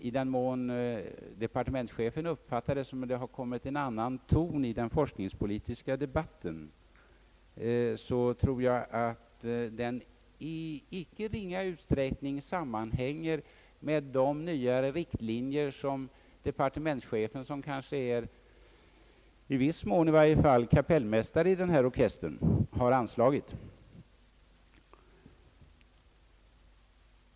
I den mån departementschefen uppfattar det hela så, som om det har kommit en annan ton in i den forskningspolitiska debatten, tror jag att den i icke ringa utsträckning sammanhänger med de nyare riktlinjer som departementschefen — som i viss mån i varje fall är kapellmästare i denna orkester — har anslagit.